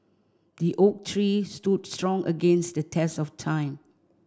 the oak tree stood strong against the test of time